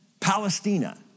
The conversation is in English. Palestina